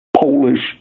Polish